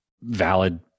valid